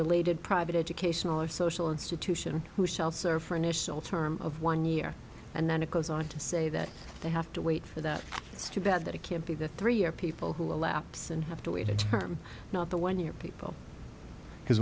related private educational or social institution who shall serve for initial term of one year and then it goes on to say that they have to wait for that it's too bad that it can't be the three year people who elapse and have to wait a term not the one year people because